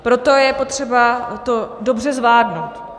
Proto je potřeba to dobře zvládnout.